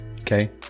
okay